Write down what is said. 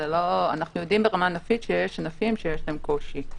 אנחנו יודעים ברמה הענפית שיש ענפים שיש בהם קושי.